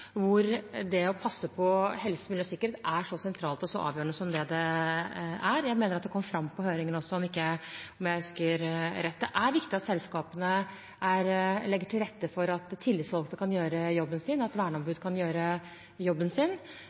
hvor det å passe på helse, miljø og sikkerhet er så sentralt og avgjørende. Jeg mener dette også kom fram på høringen, om jeg husker rett. Det er viktig at selskapene legger til rette for at tillitsvalgte kan gjøre jobben sin, at verneombudet kan gjøre jobben sin.